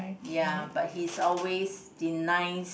ya but he's the nice